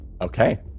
Okay